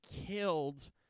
killed